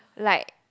like